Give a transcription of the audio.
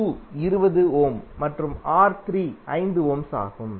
R2 20 ohm மற்றும் R3 5 ohms ஆகும்